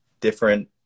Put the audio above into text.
different